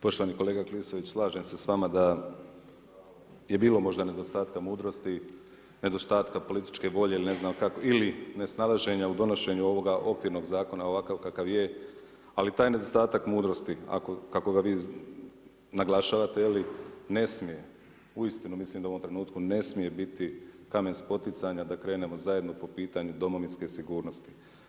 Poštovani kolega Klisović, slažem se s vama da je bilo možda nedostatka mudrosti, nedostatka političke volje ili nesnalaženja u donošenju ovoga okvirnog zakona ovakav kakav je, ali taj nedostatak mudrosti kako ga vi naglašavate, je li, ne smije uistinu mislim da u ovom trenutku, ne smije biti kamen spoticanja da krenemo zajedno po pitanju Domovinske sigurnosti.